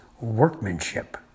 workmanship